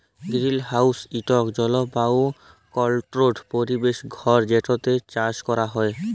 greenhouse ইকট জলবায়ু controlled পরিবেশ ঘর যেটতে চাষ ক্যরা হ্যয়